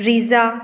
Brezza